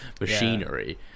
machinery